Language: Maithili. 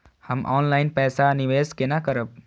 हम ऑनलाइन पैसा निवेश केना करब?